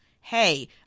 hey